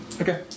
Okay